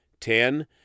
Ten